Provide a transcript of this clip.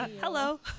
Hello